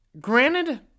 Granted